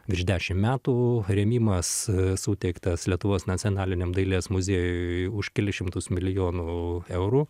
virš dešim metų rėmimas suteiktas lietuvos nacionaliniam dailės muziejui už kelis šimtus milijonų eurų